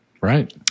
Right